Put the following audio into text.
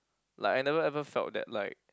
like I never ever felt that like